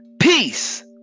peace